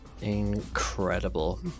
incredible